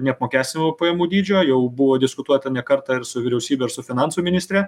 neapmokestinamų pajamų dydžio jau buvo diskutuota ne kartą ir su vyriausybe ir su finansų ministre